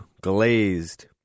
glazed